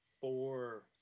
four